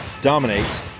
dominate